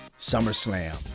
SummerSlam